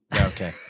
Okay